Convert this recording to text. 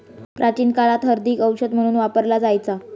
प्राचीन काळात हळदीक औषध म्हणून वापरला जायचा